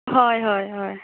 हय हय हय